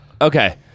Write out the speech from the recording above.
okay